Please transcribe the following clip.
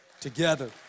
together